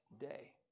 day